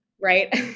Right